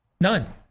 None